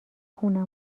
خونه